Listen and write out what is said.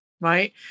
Right